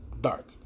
dark